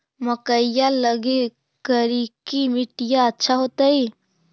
मकईया लगी करिकी मिट्टियां अच्छा होतई